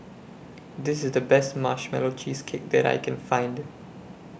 This IS The Best Marshmallow Cheesecake that I Can Find